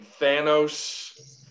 Thanos-